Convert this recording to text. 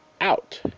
out